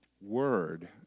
word